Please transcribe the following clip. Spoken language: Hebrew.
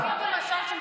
תקשיבו, תקשיבו לו.